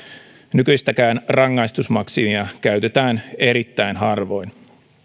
nykyistäkin rangaistusmaksimia käytetään erittäin harvoin